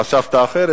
חשבת אחרת,